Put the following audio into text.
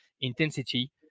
intensity